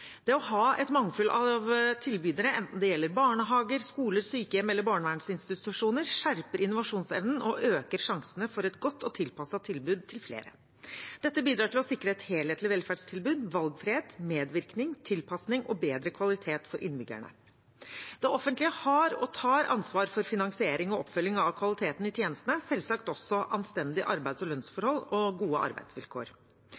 Det å ha et mangfold av tilbydere, enten det gjelder barnehager, skoler, sykehjem eller barnevernsinstitusjoner, skjerper innovasjonsevnen og øker sjansene for et godt og tilpasset tilbud til flere. Dette bidrar til å sikre et helhetlig velferdstilbud, valgfrihet, medvirkning, tilpasning og bedre kvalitet for innbyggerne. Det offentlige har og tar ansvar for finansiering og oppfølging av kvaliteten i tjenestene og selvsagt også anstendige arbeids- og